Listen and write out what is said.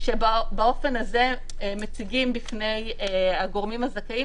שבאופן הזה מציגים בפני הגורמים הזכאים